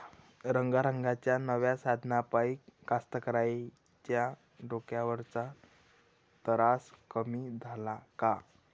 रंगारंगाच्या नव्या साधनाइपाई कास्तकाराइच्या डोक्यावरचा तरास कमी झाला का?